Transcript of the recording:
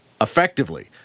Effectively